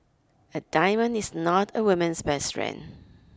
a diamond is not a woman's best friend